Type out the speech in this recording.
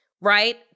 right